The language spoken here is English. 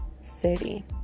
City